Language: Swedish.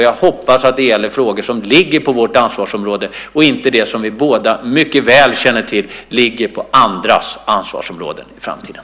Jag hoppas att det gäller frågor som ligger på vårt ansvarsområde och inte det som vi båda mycket väl känner till ligger på andras ansvarsområden i framtiden.